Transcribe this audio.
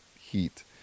heat